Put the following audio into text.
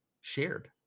shared